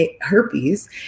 herpes